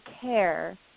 care